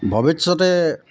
ভৱিষ্যতে